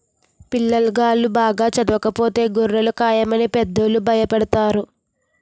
పిల్లాగాళ్ళు బాగా చదవకపోతే గొర్రెలు కాయమని పెద్దోళ్ళు భయపెడతారు